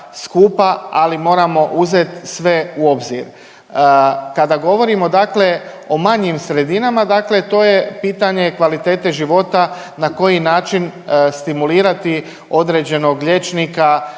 ali moramo uzet sve u obzir. Kada govorimo dakle o manjim sredinama, dakle to je pitanje kvalitete života na koji način stimulirati određenog liječnika